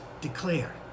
declare